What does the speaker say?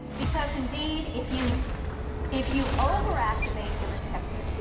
because, indeed, if you if you overactivate the receptor,